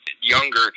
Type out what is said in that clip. Younger